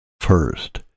First